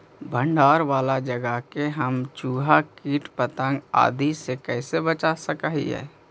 भंडार वाला जगह के हम चुहा, किट पतंग, आदि से कैसे बचा सक हिय?